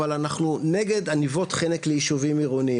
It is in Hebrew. אבל אנחנו נגד עניבות חנק ליישובים עירוניים.